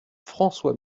françois